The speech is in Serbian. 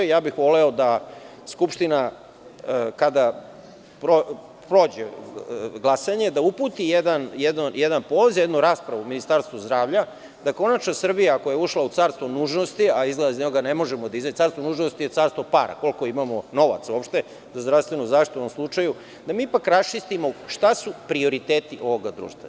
Voleo bih da Skupština, kada prođe glasanje, uputi jedan poziv za jednu raspravu Ministarstvu zdravlja, da konačno Srbija, ako je ušla u carstvo nužnosti, a izgleda iz njega ne možemo da izađemo, carstvo nužnosti je carstvo para, koliko imamo novaca uopšte za zdravstvenu zaštitu u ovom slučaju, da mi ipak raščistimo šta su prioriteti ovoga društva?